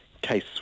case